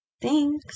Thanks